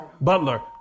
Butler